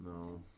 no